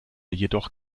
jedoch